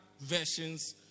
versions